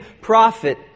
prophet